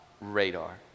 radar